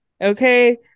Okay